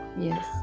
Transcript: Yes